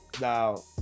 Now